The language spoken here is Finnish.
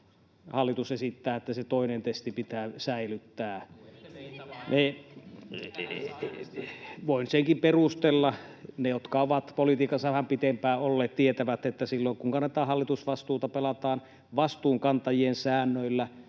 Miksi sitten äänestitte tyhjää?] — Voin senkin perustella. Ne, jotka ovat politiikassa vähän pitempään olleet, tietävät, että silloin kun kannetaan hallitusvastuuta, pelataan vastuunkantajien säännöillä.